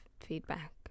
feedback